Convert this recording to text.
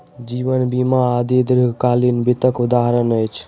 जीवन बीमा आदि दीर्घकालीन वित्तक उदहारण अछि